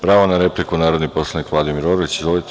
Pravo na repliku, narodni poslanik Vladimir Orlić.